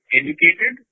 educated